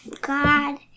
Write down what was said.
God